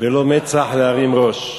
ולא מצח להרים ראש.